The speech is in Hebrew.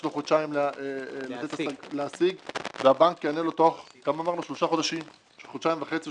יש לו חודשיים להשיג והבנק יענה לו תוך שלושה חודשים או חודשיים וחצי,